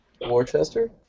Worcester